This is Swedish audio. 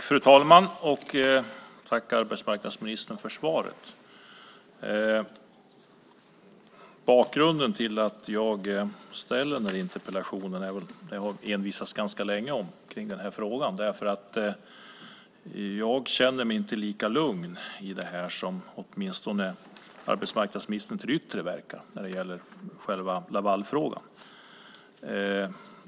Fru talman! Tack, arbetsmarknadsministern, för svaret! Jag har envisats ganska länge med den här frågan, och jag känner mig inte lika lugn i detta som arbetsmarknadsministern åtminstone till det yttre verkar när det gäller själva Lavalfrågan.